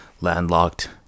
landlocked